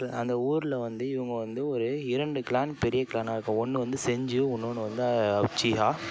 அந்த ஊரில் வந்து இவங்க வந்து ஒரு இரண்டு கிளான் பெரிய கிளானாக இருக்கும் ஒன்று வந்து செஞ்சு இன்னொன்று வந்து உச்சிக்கா